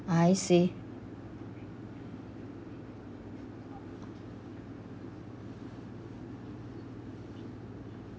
I see